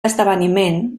esdeveniment